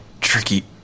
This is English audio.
tricky